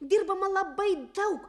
dirbama labai daug